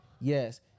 yes